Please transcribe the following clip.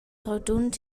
rodund